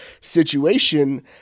situation